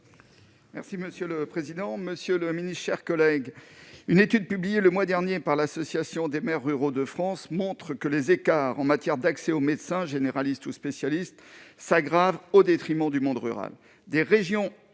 M. Ronan Dantec. Monsieur le secrétaire d'État, une étude publiée le mois dernier par l'Association des maires ruraux de France montre que les écarts en matière d'accès aux médecins généralistes ou spécialistes s'aggravent au détriment du monde rural.